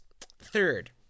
Third